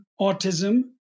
autism